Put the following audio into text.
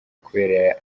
kubera